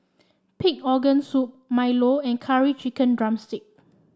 Pig Organ Soup Milo and Curry Chicken drumstick